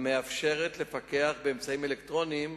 המאפשרת לפקח באמצעים אלקטרוניים